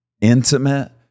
intimate